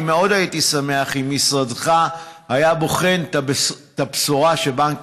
אני מאוד הייתי שמח אם משרדך היה בוחן את הבשורה שבנק